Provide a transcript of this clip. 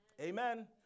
Amen